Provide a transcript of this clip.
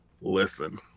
listen